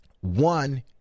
One